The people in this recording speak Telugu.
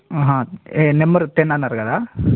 హా నెంబర్ టెన్ అన్నారు కదా